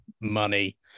Money